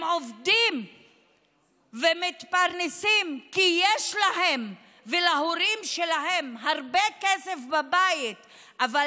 הם עובדים ומתפרנסים כי יש להם ולהורים שלהם הרבה כסף בבית אבל